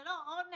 זה לא עונש,